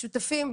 שותפים,